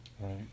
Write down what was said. Right